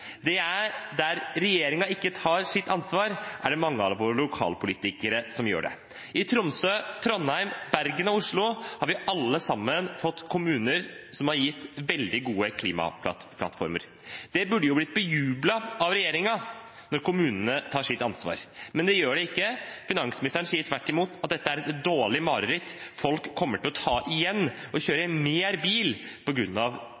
Der regjeringen ikke tar sitt ansvar, er det mange av våre lokalpolitikere som gjør det. I Tromsø, Trondheim, Bergen og Oslo har vi alle sammen fått kommuner som har gitt veldig gode klimaplattformer. Det burde blitt bejublet av regjeringen når kommunene tar sitt ansvar, men det blir det ikke. Finansministeren sier tvert imot at dette er et dårlig mareritt – at folk kommer til å ta igjen og kjøre mer bil